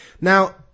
now